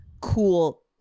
cool